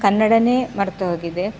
ಕನ್ನಡವೇ ಮರೆತೋಗಿದೆ